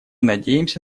надеемся